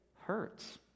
hurts